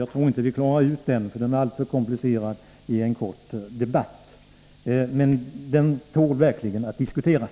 Jag tror inte att vi klarar den analysen — därtill är den alltför komplicerad — i en kort debatt, men saken tål verkligen att diskuteras.